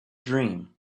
dream